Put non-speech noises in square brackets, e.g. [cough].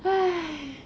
[noise]